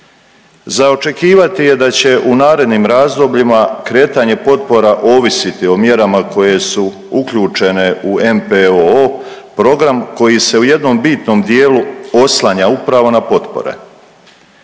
Za očekivati je da će u narednim razdobljima kretanje potpora ovisiti o mjerama koje su uključene u MPOO program koji se u jednom bitnom dijelu oslanja upravo na potpore.